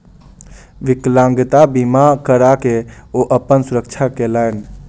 विकलांगता बीमा करा के ओ अपन सुरक्षा केलैन